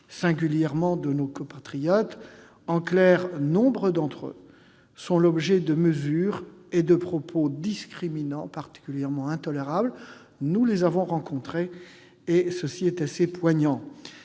singulièrement de nos compatriotes. En clair, nombre d'entre eux font l'objet de mesures et de propos discriminants, particulièrement intolérables. Nous les avons rencontrés et leurs témoignages